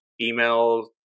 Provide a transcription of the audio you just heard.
email